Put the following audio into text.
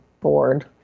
bored